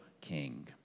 king